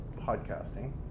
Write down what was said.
podcasting